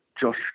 Josh